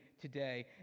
today